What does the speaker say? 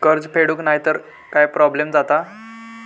कर्ज फेडूक नाय तर काय प्रोब्लेम जाता?